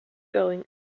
going